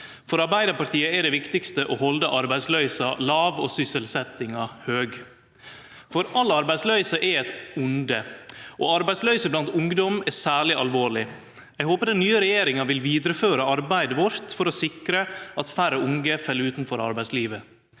For Arbeidarpartiet er det viktigaste å halde arbeidsløysa låg og sysselsettinga høg, for all arbeidsløyse er eit vonde, og arbeidsløyse blant ungdom er særleg alvorleg. Eg håpar den nye regjeringa vil føre vidare arbeidet vårt for å sikre at færre unge fell utanfor arbeidslivet.